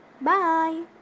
Bye